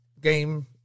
game